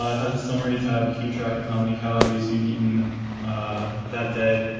ah has a summary tab to keep track of how many calories you've eaten that day